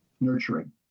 nurturing